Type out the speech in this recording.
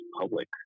public